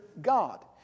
God